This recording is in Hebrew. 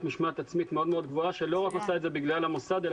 משמעת עצמית מאוד מאוד גבוהה שלא רק עושה את זה בגלל המוסד,